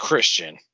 Christian